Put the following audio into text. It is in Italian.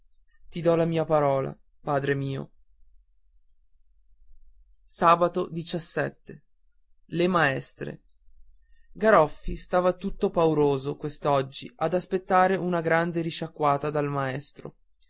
ti do la mia parola padre mio le maestre sabato garoffi stava tutto pauroso quest'oggi ad aspettare una grande risciacquata del maestro